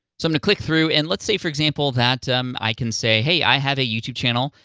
so i'm gonna click through, and let's say, for example, that um i can say, hey, i have a youtube channel,